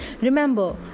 Remember